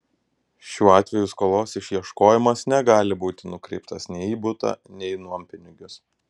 šiuo atveju skolos išieškojimas negali būti nukreiptas nei į butą nei į nuompinigius